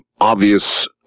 obvious